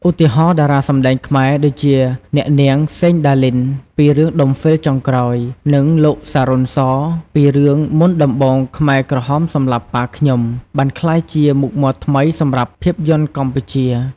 ឧទាហរណ៍ តារាសម្តែងខ្មែរដូចជា អ្នកនាង សេង ដាលីន ពី រឿង ដុំហ្វីលចុងក្រោយ និង លោក សារុន សរ ពី រឿង មុនដំបូងខ្មែរក្រហមសម្លាប់ប៉ាខ្ញុំ បានក្លាយជាមុខមាត់ថ្មីសម្រាប់ភាពយន្តកម្ពុជា។